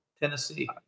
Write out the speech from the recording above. Tennessee